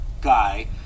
guy